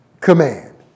Command